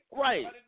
Right